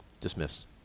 Dismissed